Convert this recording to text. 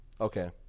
Okay